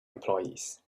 employees